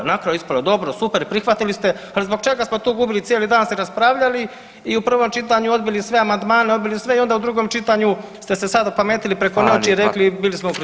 Na kraju je ispalo dobro, super, prihvatili ste, ali zbog čega smo tu gubili cijeli dan se raspravljali i u prvom čitanju odbili sve amandmane, odbili sve i onda u drugom čitanju ste se sad opametili preko noći [[Upadica: Hvala lijepa.]] i rekli bili smo u krivu.